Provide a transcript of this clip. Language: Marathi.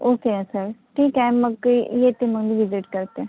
ओके आहे सर ठीक आहे मग येते मग मी व्हिजीट करते